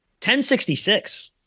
1066